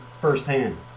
firsthand